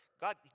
God